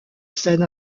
scène